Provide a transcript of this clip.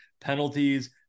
penalties